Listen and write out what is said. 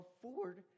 afford